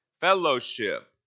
fellowship